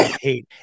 hate